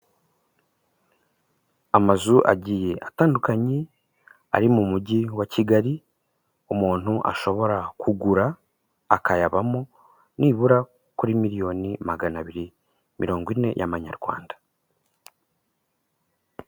Amazu agiye atandukanye ari mu mujyi wa Kigali umuntu ashobora kugura akayabamo nibura kuri miliyoni magana abiri mirongo ine y'amanyarwanda.